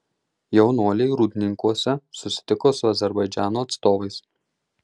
jaunuoliai rūdninkuose susitiko su azerbaidžano atstovais